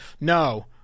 no